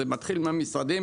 זה מתחיל מהמשרדים,